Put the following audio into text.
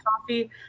coffee